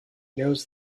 knows